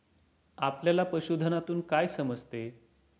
आपल्याला पशुधनातून काय समजते?